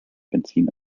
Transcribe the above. benzin